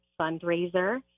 fundraiser